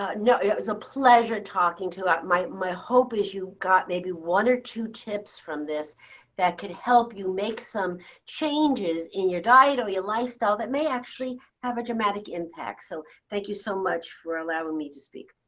ah no, it was a pleasure talking to you. my hope is you got maybe one or two tips from this that could help you make some changes in your diet or your lifestyle that may actually have a dramatic impact. so thank you so much for allowing me to speak.